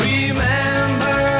Remember